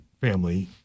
family